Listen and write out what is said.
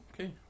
Okay